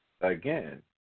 Again